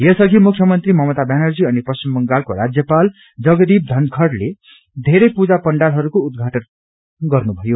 यस अधि मुख्यमंत्री ममता व्यानर्जी अनि पश्चिम बंगालको राज्यपाल जगदीप धनखड़ले धेरै पुजा पण्डालहरूको उद्घाटन गर्नुमयो